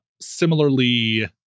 similarly